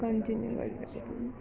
continue गरिरहेको कुनि